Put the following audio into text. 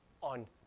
on